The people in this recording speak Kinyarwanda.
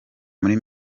muri